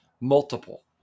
Multiple